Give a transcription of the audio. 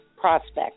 prospect